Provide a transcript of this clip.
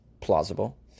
plausible